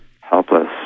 helpless